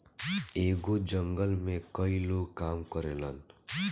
एगो जंगल में कई लोग काम करेलन